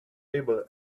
able